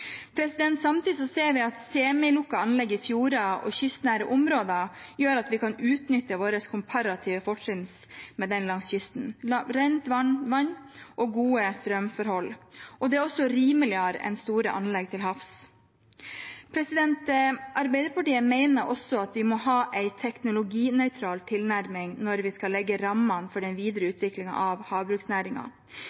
Samtidig ser vi at semilukkede anlegg i fjorder og kystnære områder gjør at vi kan utnytte våre komparative fortrinn langs kysten, med rent vann og gode strømforhold, og det er også rimeligere enn store anlegg til havs. Arbeiderpartiet mener også at vi må ha en teknologinøytral tilnærming når vi skal legge rammene for den videre